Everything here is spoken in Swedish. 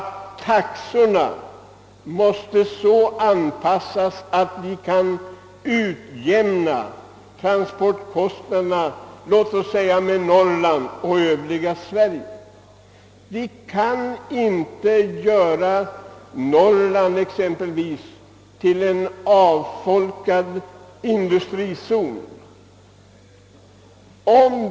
Taxorna måste anpassas så, att transportkostna derna utjämnas mellan exempelvis Norrland och det övriga Sverige. Norrland får inte göras till en avfolkad industrizon.